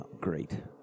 Great